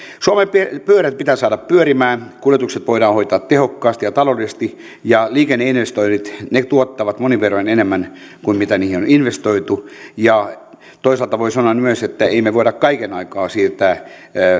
suomen pyörät pitää saada pyörimään kuljetukset voidaan hoitaa tehokkaasti ja taloudellisesti ja liikenneinvestoinnit ne tuottavat monin verroin enemmän kuin mitä niihin on investoitu ja toisaalta voi sanoa myös että emme me voi kaiken aikaa siirtää